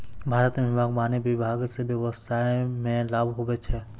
भारत मे बागवानी विभाग से व्यबसाय मे लाभ हुवै छै